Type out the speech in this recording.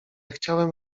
chciałem